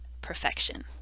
perfection